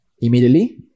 immediately